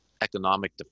economic